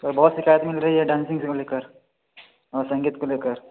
sir बहुत शिकायत मिल रही है डांसिंग को लेकर और संगीत को लेकर